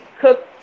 cook